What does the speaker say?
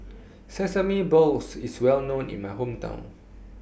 Sesame Balls IS Well known in My Hometown